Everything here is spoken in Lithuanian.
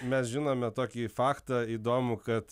mes žinome tokį faktą įdomų kad